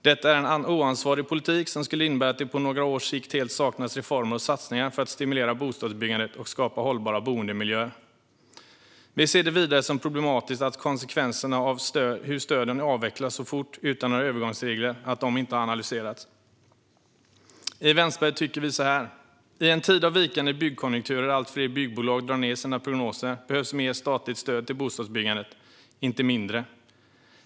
Detta är en oansvarig politik som skulle innebära att det på några års sikt helt saknas reformer och satsningar för att stimulera bostadsbyggandet och skapa hållbara boendemiljöer. Vi ser det vidare som problematiskt att konsekvenserna av att stöden avvecklas så fort utan några övergångsregler inte har analyserats. I Vänsterpartiet tycker vi så här: I en tid av vikande byggkonjunktur där allt fler byggbolag drar ned sina prognoser behövs mer statligt stöd till bostadsbyggandet, inte mindre.